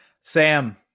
Sam